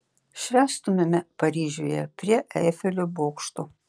švęstumėme paryžiuje prie eifelio bokšto